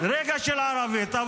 רגע של ערבית.